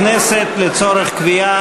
זה יועבר לוועדת הכנסת לצורך קביעה